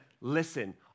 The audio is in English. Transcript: listen